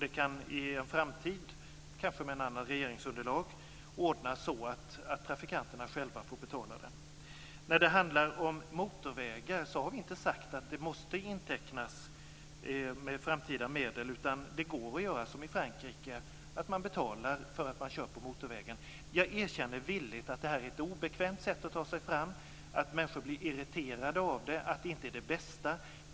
I en framtid, kanske med ett annat regeringsunderlag, kanske det kan ordnas så att trafikanterna själva får betala. Vi har inte sagt att motorvägarna måste intecknas med framtida medel. Det går att göra som i Frankrike, nämligen att man betalar för att man kör på motorvägarna. Jag erkänner villigt att det är ett obekvämt sätt att ta sig fram på, att människor blir irriterade av det och att det inte är det bästa.